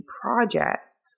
projects